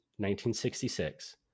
1966